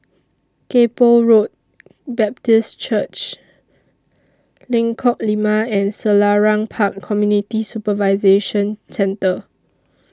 Kay Poh Road Baptist Church Lengkok Lima and Selarang Park Community Supervision Centre